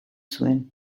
zuen